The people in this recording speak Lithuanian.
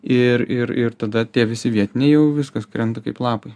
ir ir ir tada tie visi vietiniai jau viskas krenta kaip lapai